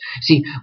See